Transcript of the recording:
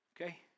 okay